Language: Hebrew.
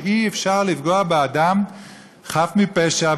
שאי-אפשר לפגוע באדם חף מפשע,